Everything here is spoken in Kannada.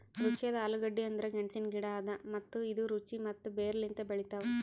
ರುಚಿಯಾದ ಆಲೂಗಡ್ಡಿ ಅಂದುರ್ ಗೆಣಸಿನ ಗಿಡ ಅದಾ ಮತ್ತ ಇದು ರುಚಿ ಮತ್ತ ಬೇರ್ ಲಿಂತ್ ಬೆಳಿತಾವ್